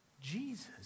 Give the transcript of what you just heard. Jesus